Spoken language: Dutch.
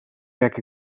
werk